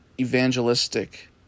evangelistic